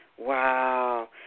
Wow